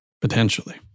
potentially